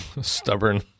stubborn